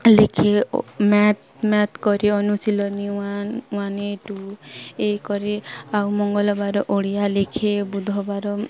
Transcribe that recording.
ଲେଖେ math math କରି ଅନୁଶୀଳନୀ ୱାନ୍ ୱାନ୍ ଏ ଟୁ ଏଇ କରେ ଆଉ ମଙ୍ଗଳବାର ଓଡ଼ିଆ ଲେଖେ ବୁଧବାର